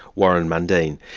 warren mundine.